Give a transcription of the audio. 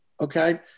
Okay